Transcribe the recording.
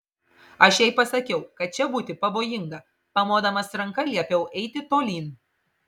aš jai pasakiau kad čia būti pavojinga pamodamas ranka liepiau eiti tolyn